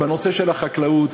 בנושא של החקלאות,